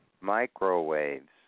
microwaves